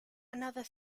another